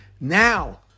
Now